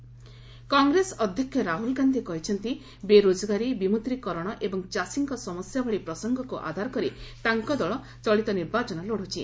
ରାହ୍ନଲ୍ vote Congress ଅଧ୍ୟକ୍ଷ ରାହୁଲ୍ ଗାନ୍ଧି କହିଛନ୍ତି ବେରୋଜଗାରୀ ବିମୁଦ୍ରୀକରଣ ଏବଂ ଚାଷୀଙ୍କ ସମସ୍ୟା ଭଳି ପ୍ରସଙ୍ଗକୁ ଆଧାର କରି ତାଙ୍କ ଦଳ ଚଳିତ ନିର୍ବାଚନ ଲଢୁଛି